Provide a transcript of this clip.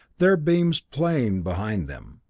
their beams playing behind them,